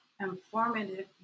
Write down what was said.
informative